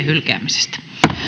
hylkäämisestä